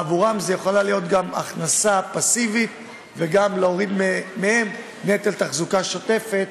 בעבורם זאת יכולה להיות גם הכנסה פסיבית וגם הורדה של נטל תחזוקה שוטפת